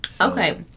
Okay